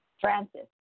Francis